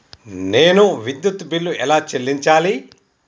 నేను విద్యుత్ బిల్లు ఎలా చెల్లించాలి?